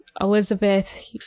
elizabeth